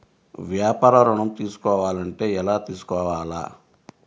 వ్యాపార ఋణం తీసుకోవాలంటే ఎలా తీసుకోవాలా?